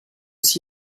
aussi